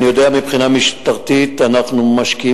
אני יודע שמבחינה משטרתית אנחנו משקיעים,